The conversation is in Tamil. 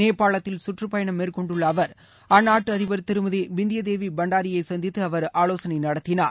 நேபாளத்தில் கற்றுப்பயணம் மேற்கொண்டுள்ள அவர் அந்நாட்டு அதிபர் திருமதி பித்ப தேவி பண்டாரியை சந்தித்து அவர் ஆலோசனை நடத்தினார்